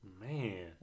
Man